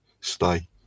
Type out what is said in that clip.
stay